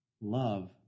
Love